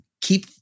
keep